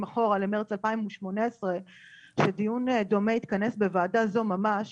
אחורה למרץ 2018 שדיון דומה התכנס בוועדה זו ממש